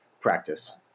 practice